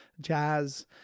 jazz